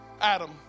Adam